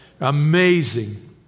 Amazing